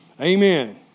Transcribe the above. Amen